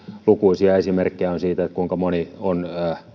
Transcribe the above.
lukuisia esimerkkejä on siitä kuinka moni on